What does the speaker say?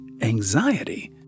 anxiety